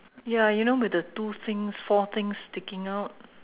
ya you know with the two things four things sticking out